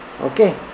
Okay